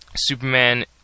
Superman